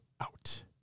out